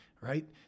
right